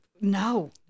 no